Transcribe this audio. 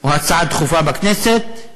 או הצעה דחופה בכנסת,